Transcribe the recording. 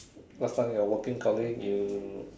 last time your working colleague you